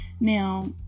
Now